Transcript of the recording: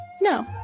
No